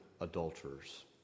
adulterers